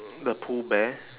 the pooh bear